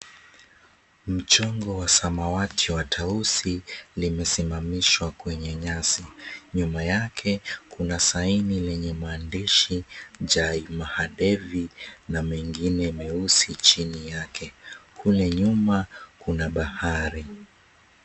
Mchongo wa samawati wa tausi, limesimamishwa kwenye nyasi. Nyuma yake, kuna sign lenye maandishi, "Jai Mahadev" na mengine meusi chini yake. Kule nyuma, kuna bahari.